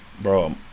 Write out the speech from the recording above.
Bro